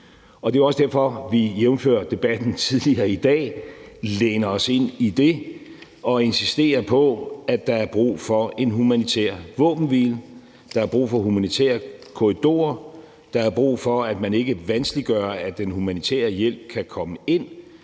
Det er også derfor, at vi, jævnfør debatten tidligere i dag, læner os ind i detog insisterer på, at der er brug for en humanitær våbenhvile, at der er brug for humanitære korridorer, at der er brug for, at man ikke vanskeliggør, at den humanitære hjælp kan komme ind,